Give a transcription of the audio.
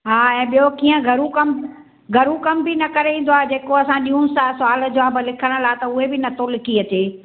हा ऐं ॿियो कीअं घरूं कमु घरूं कमु बि न करे ईंदो आहे जेको असां ॾियूंसि था सवालु जवाबु लिखण लाइ त उहे बि नथो लिखी अचे